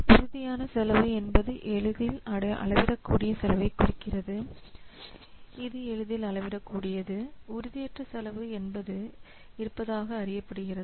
உறுதியான செலவு என்பது எளிதில் அளவிடக்கூடிய செலவைக் குறிக்கிறது இது எளிதில் அளவிடக்கூடியது உறுதியற்ற செலவு என்பது இருப்பதாக அறியப்படுகிறது